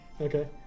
Okay